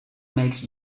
makes